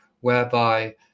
whereby